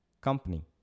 company